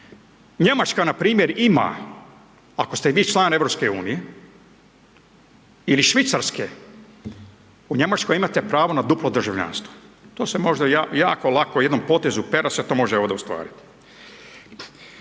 Njemačka npr. ima, ako ste i vi član EU ili Švicarske, u Njemačkoj imate pravo na duplo državljanstvo, to se možda jako lako jednom potezu pera se to može onda ostvarit.